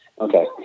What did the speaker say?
Okay